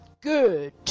Good